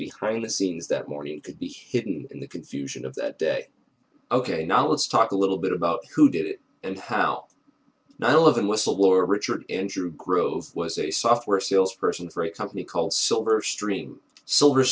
behind the scenes that morning could be hidden in the confusion of that day ok now let's talk a little bit about who did it and how nine eleven whistleblower richard andrew grove was a software salesperson for a company called silver stream s